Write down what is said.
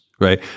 right